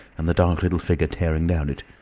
and the dark little figure tearing down it.